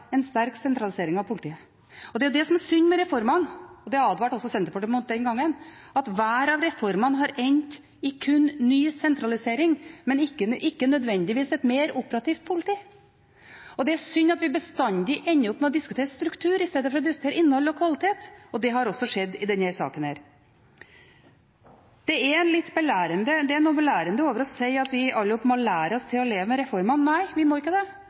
en reform under den forrige borgerlige regjeringen i 2001–2005, som også innebar en sterk sentralisering av politiet. Det som er synd med reformene, og det advarte Senterpartiet også mot den gangen, er at hver av reformene kun har endt i ny sentralisering, men ikke nødvendigvis et mer operativt politi. Det er synd at vi bestandig ender opp med å diskutere struktur i stedet for å diskutere innhold og kvalitet, og det har også skjedd i denne saken. Det er noe belærende over det å si at vi alle må lære oss å leve med reformene. Nei, vi må ikke det.